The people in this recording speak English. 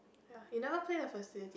ya you never play the facilities